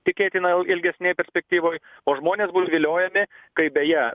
tikėtina il ilgesnėj perspektyvoj o žmonės bus viliojami kaip beje